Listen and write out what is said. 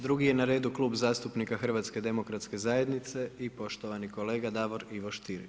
Drugi je na redu Klub zastupnika HDZ-a i poštovani kolega Davor Ivo Stier.